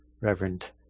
Reverend